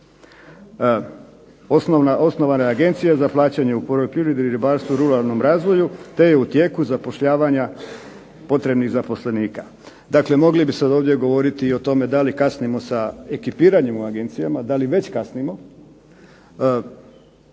Osnovana je Agencija za plaćanje u poljoprivredi, ribarstvu i ruralnom razvoju, te je u tijeku zapošljavanje potrebnih zaposlenika. Dakle, mogli bi sada govoriti ovdje da li kasnimo sa ekipiranjem u agencijama, da li već kasnimo